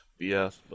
BS